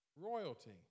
royalty